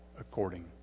according